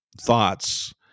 thoughts